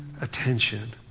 attention